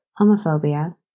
homophobia